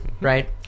right